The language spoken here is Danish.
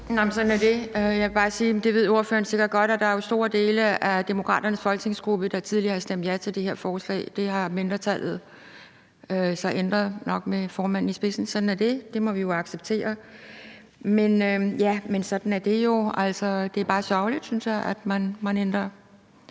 sige, men det ved ordføreren sikkert godt, at der jo er store dele af Danmarksdemokraternes folketingsgruppe, der tidligere har stemt ja til det her forslag. Det har mindretallet så ændret, nok med formanden i spidsen. Det må vi jo acceptere, så sådan er det jo Det er bare sørgeligt, synes jeg, at man ændrer